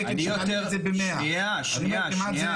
שנייה, שנייה.